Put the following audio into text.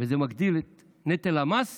וזה מגדיל את נטל המס